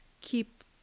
keep